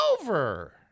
over